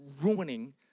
ruining